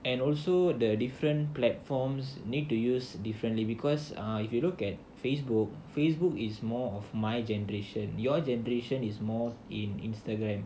and also the different platforms need to use differently because uh if you look at Facebook Facebook is more of my generation your generation is more in Instagram